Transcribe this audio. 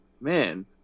man